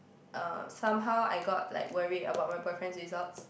uh somehow I got like worried about my boyfriend's results